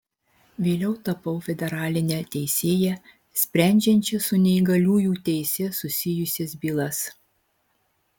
vėliau tapau federaline teisėja sprendžiančia su neįgaliųjų teise susijusias bylas